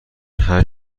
هشت